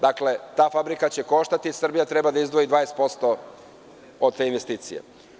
Dakle, ta fabrika će koštati i Srbija treba da izdvoji 20% od te investicije.